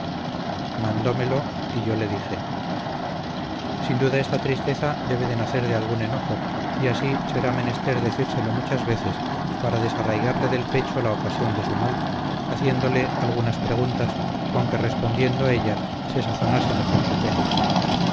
mandómelo y yole dije sin duda esta tristeza debe de nacer de algún enojo y así será menester decírselo muchas veces para desarraigarle del pecho la ocasión de su mal haciéndole algunas preguntas con que respondiendo ella se sazonase mejor su pena